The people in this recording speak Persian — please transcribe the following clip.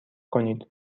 کنید